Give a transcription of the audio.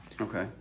Okay